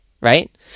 right